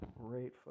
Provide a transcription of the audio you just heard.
Great